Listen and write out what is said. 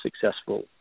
successful